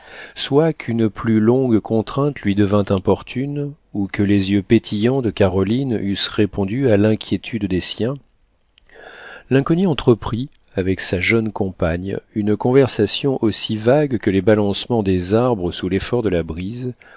soit qu'une plus longue contrainte lui devînt importune ou que les yeux pétillants de caroline eussent répondu à l'inquiétude des siens l'inconnu entreprit avec sa jeune compagne une conversation aussi vague que les balancements des arbres sous l'effort de la brise